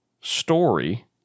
story